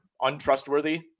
untrustworthy